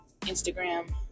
instagram